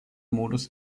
modus